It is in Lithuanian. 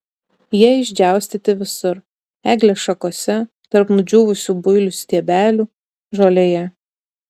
jie išdžiaustyti visur eglės šakose tarp nudžiūvusių builių stiebelių žolėje